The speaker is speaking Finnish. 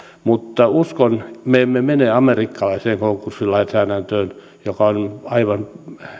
mutta uskon että me emme mene amerikkalaiseen konkurssilainsäädäntöön joka on aivan